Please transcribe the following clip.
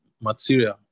material